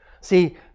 See